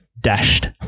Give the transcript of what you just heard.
dashed